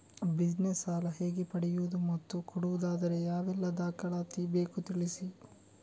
Business ಸಾಲ ಹೇಗೆ ಪಡೆಯುವುದು ಮತ್ತು ಕೊಡುವುದಾದರೆ ಯಾವೆಲ್ಲ ದಾಖಲಾತಿ ಬೇಕು ತಿಳಿಸಿ?